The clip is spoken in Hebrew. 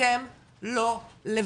אתם לא לבד,